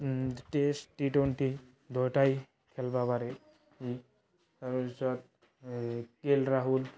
test T twenty দুয়োটাই খেলিব পাৰে ই আৰু য'ত কে এল ৰাহুল